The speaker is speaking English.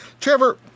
Trevor